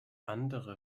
andere